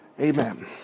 Amen